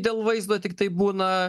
dėl vaizdo tiktai būna